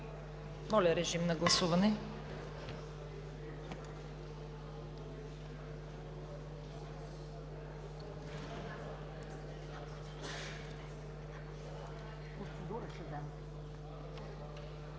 Моля, режим на гласуване